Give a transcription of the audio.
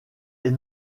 est